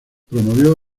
promovió